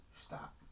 stop